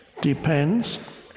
depends